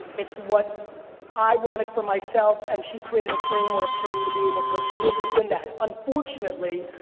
it's what i wanted for myself, and she created a framework for me to be able to live within that. unfortunately,